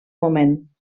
moment